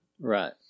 Right